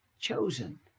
chosen